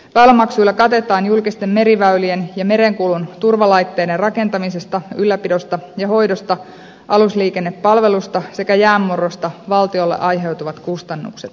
väylämaksuilla katetaan julkisten meriväylien ja merenkulun turvalaitteiden rakentamisesta ylläpidosta ja hoidosta alusliikennepalvelusta sekä jäänmurrosta valtiolle aiheutuvat kustannukset